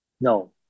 No